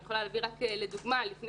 אני יכולה להביא כדוגמה ולספר שלפני